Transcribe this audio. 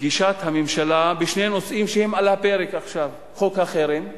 בגישת הממשלה בשני נושאים שהם על הפרק עכשיו: חוק החרם,